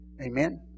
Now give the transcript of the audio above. Amen